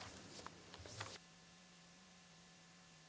Hvala